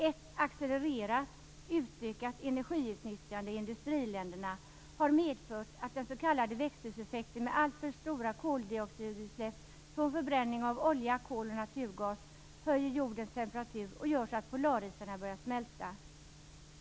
Ett accelererat, utökat energiutnyttjande i industriländerna har medfört att den s.k. växthuseffekten, med alltför stora koldioxidutsläpp från förbränning av olja, kol och naturgas, höjer jordens temperatur och gör att polarisarna börjar smälta.